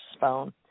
phone